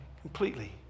completely